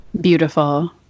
Beautiful